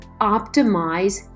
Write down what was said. optimize